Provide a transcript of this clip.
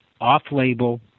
off-label